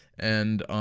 and.